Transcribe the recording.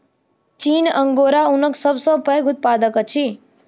चीन अंगोरा ऊनक सब सॅ पैघ उत्पादक अछि